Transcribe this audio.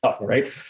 right